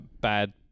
bad